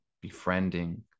befriending